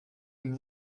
him